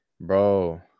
Bro